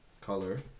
color